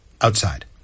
outside